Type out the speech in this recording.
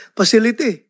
facility